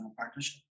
partnership